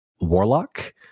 warlock